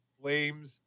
flames